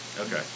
Okay